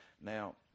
Now